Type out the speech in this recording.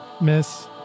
Miss